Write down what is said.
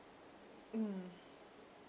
mm